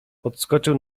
podskoczył